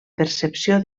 percepció